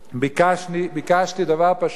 ביקשתי דבר פשוט: